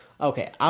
okay